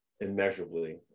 immeasurably